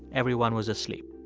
everyone was asleep.